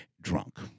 drunk